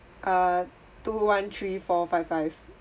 uh two one three four five five